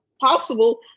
possible